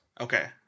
Okay